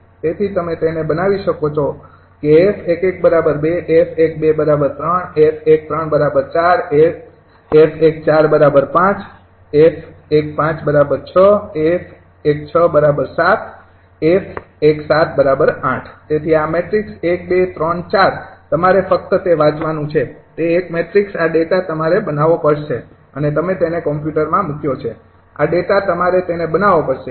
તેથી તમે તેને બનાવી શકો છો કે 𝑓૧૧૨ 𝑓૧૨૩ 𝑓૧૩૪ 𝑓૧૪૫ 𝑓૧૫૬ 𝑓૧૬૭ 𝑓૧૭૮ તેથી આ મેટ્રિક્સ ૧ ૨ ૩ ૪ તમારે ફક્ત તે વાંચવાનું છે તે એક મેટ્રિક્સ આ ડેટા તમારે બનાવવો પડશે અને તમે તેને કમ્પ્યુટરમાં મૂક્યો છે આ ડેટા તમારે તેને બનાવવો પડશે